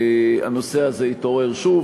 הנושא הזה התעורר שוב.